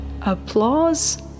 applause